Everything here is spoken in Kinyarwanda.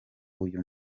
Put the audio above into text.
uyu